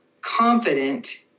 confident